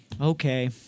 Okay